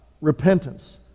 repentance